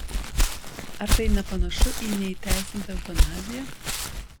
ar tai nepanašu į neįteisintą eutanaziją